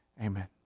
Amen